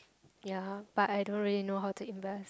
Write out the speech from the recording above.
ya but I don't really know how to invest